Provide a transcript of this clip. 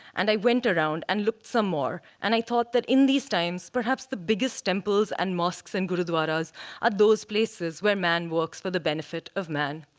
and i went around and looked some more. and i thought that in these times, perhaps the biggest temples and mosques and gurudwaras are those places where men works for the benefit of man.